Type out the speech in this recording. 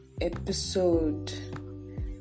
episode